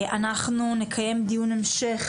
אנחנו נקיים דיון המשך,